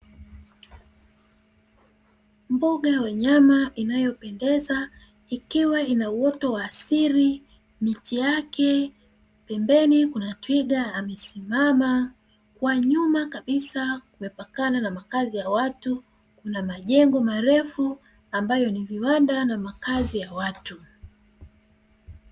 Mbuga ya wanyama inayopendeza ikiwa ina uoto wa asili miti yake, pembeni kuna twiga amesimama. Kwa nyuma kabisa kume pakana na makazi ya watu, kuna majengo marefu ambayo ni viwanda na makazi ya watu.